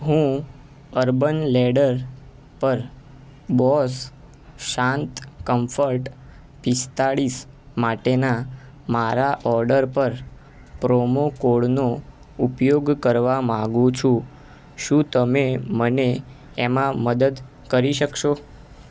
હું urban ladder પર boss શાંત કમ્ફર્ટ પીસ્તાળીસ માટેના મારા ઓર્ડર પર પ્રોમો કોડનો ઉપયોગ કરવા માગું છું શું તમે મને એમાં મદદ કરી શકશો